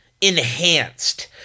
enhanced